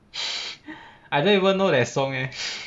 I don't even know that song eh